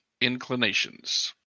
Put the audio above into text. inclinations